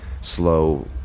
slow